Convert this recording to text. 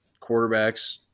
quarterbacks